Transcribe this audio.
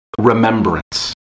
remembrance